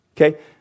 Okay